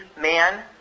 man